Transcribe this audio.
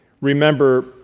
remember